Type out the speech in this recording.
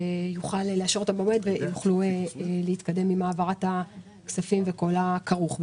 שיוכלו לאשר אותן במועד ויוכלו להתקדם עם העברת הכספים וכל הכרוך בכך.